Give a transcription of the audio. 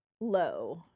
low